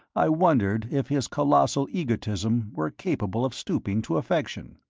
i wondered if his colossal egotism were capable of stooping to affection.